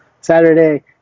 Saturday